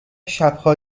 شبها